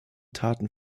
taten